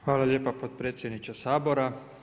Hvala lijepa potpredsjedniče Sabora.